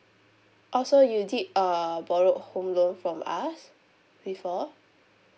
oh so you did uh borrowed home loan from us before